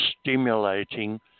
stimulating